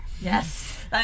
Yes